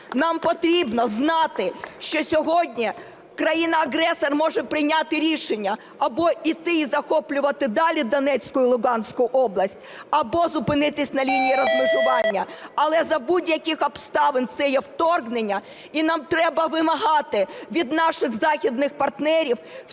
Нам потрібно знати, що сьогодні країна-агресор може прийняти рішення або іти і захоплювати далі Донецьку і Луганську область, або зупинитися на лінії розмежування. Але за будь-яких обставин це є вторгнення і нам треба вимагати від наших західних партнерів